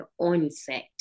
onset